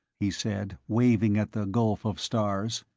he said, waving at the gulf of stars.